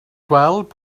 gweld